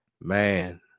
man